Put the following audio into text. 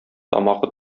тамагы